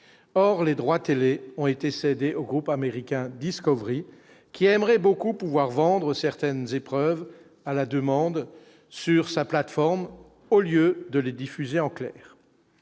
or les droits télé ont été cédées au groupe américain Discovery qui aimerait beaucoup pouvoir vendre certaines épreuves à la demande sur sa plateforme au lieu de les diffuser en clair,